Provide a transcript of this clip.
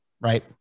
right